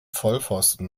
vollpfosten